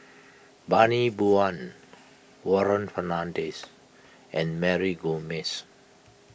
Bani Buang Warren Fernandez and Mary Gomes